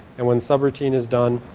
and when sub routine is done,